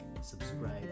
subscribe